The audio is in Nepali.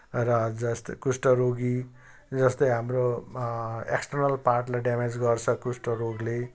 र जस्तै कुष्ठरोगी जस्तै हाम्रो एक्सटर्नल पार्टलाई ड्यामेज गर्छ कुष्ठरोगले